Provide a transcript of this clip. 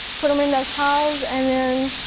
put them in those piles and then